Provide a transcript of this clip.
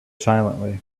silently